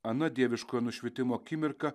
ana dieviškojo nušvitimo akimirka